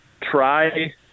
try